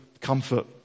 comfort